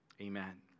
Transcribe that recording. Amen